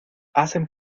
hacen